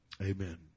Amen